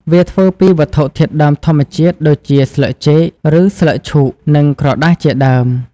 វាធ្វើពីវត្ថុធាតុដើមធម្មជាតិដូចជាស្លឹកចេក ឬស្លឹកឈូក និងក្រដាសជាដើម។